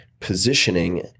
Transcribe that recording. positioning